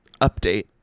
update